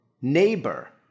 neighbor